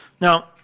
Now